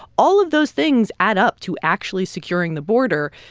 all of those things add up to actually securing the border.